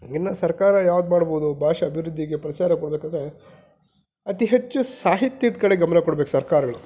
ಇನ್ನೂ ಸರ್ಕಾರ ಯಾವ್ದು ಮಾಡಬಹ್ದು ಭಾಷಾ ಅಭಿವೃದ್ಧಿಗೆ ಪ್ರಚಾರ ಕೊಡಬೇಕಾದರೆ ಅತಿ ಹೆಚ್ಚು ಸಾಹಿತ್ಯದ ಕಡೆ ಗಮನ ಕೊಡ್ಬೇಕು ಸರ್ಕಾರಗಳು